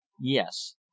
Yes